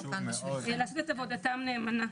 לעשות את עבודתם נאמנה.